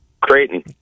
Creighton